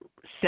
set